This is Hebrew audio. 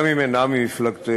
גם אם אינם ממפלגתך